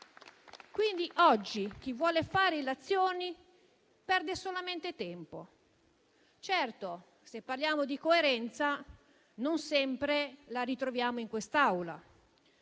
Oggi chi vuole fare illazioni perde solamente tempo. Certo, se parliamo di coerenza, non sempre la ritroviamo in quest'Aula.